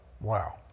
Wow